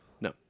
No